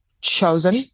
chosen